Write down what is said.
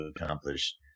accomplished